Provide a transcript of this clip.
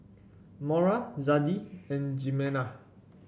Maura Zadie and Jimena